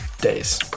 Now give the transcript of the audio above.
days